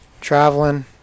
traveling